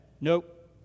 Nope